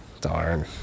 Darn